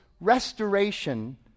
restoration